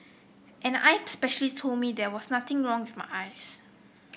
an eye specialist told me there was nothing wrong with my eyes